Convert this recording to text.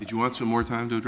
you want some more time to